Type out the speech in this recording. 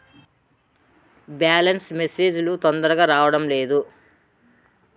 Balance message లు తొందరగా రావడం లేదు?